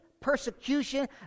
persecution